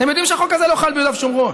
אתם יודעים שהחוק הזה לא חל ביהודה ושומרון.